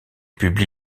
publie